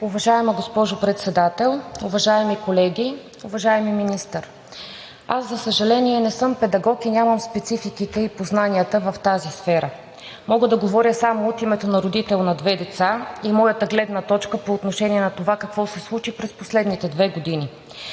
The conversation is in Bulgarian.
Уважаема госпожо Председател, уважаеми колеги, уважаеми Министър! За съжаление, аз не съм педагог и нямам спецификите и познанията в тази сфера. Мога да говоря само от името на родител на две деца и моята гледна точка по отношение на това какво се случи през последните две години.